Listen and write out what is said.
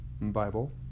Bible